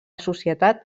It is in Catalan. societat